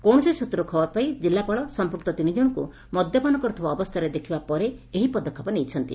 କୌଣସି ସ୍ରତ୍ରରୁ ଖବର ପାଇ କିଲ୍କୁପାଳ ସମ୍ମୁକ୍ତ ତିନି ଜଶଙ୍କୁ ମଦ୍ୟପାନ କରୁଥିବା ଅବସ୍ଚାରେ ଦେଖିବା ପରେ ଏହି ପଦକ୍ଷେପ ନେଇଛନ୍ତି